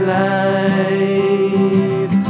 life